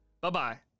Bye-bye